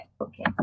okay